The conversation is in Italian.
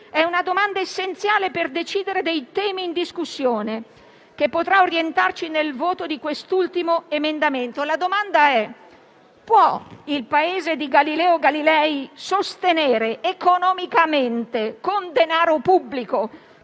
È una domanda essenziale per decidere dei temi in discussione, che potrà orientarci nel voto di quest'ultimo emendamento. La domanda è se può il Paese di Galileo Galilei sostenere economicamente, con denaro pubblico,